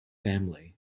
family